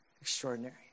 extraordinary